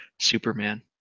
Superman